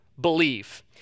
believe